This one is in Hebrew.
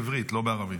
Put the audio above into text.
בעברית, לא בערבית.